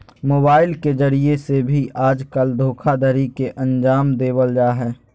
mobile के जरिये से भी आजकल धोखाधडी के अन्जाम देवल जा हय